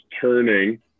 turning